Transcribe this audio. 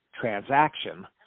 transaction